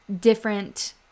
different